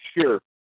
sure